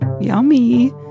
yummy